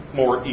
more